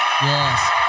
Yes